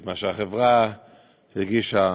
את מה שהחברה מרגישה,